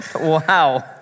Wow